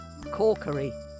Corkery